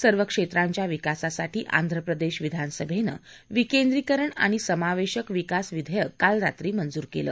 सर्व क्षेत्रांच्या विकासासाठी आंध्र प्रदेश विधानसभेनं विकेंद्रीकरण आणि समावेशन विकास विधेयक काल रात्री मंजूर केलं